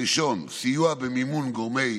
הראשון הוא סיוע במימון גורמי,